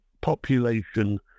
population